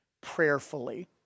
prayerfully